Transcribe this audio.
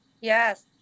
Yes